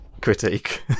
Critique